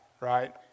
right